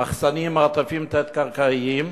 במחסנים, במרתפים תת-קרקעיים,